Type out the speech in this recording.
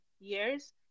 years